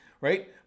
right